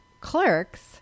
clerks